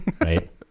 right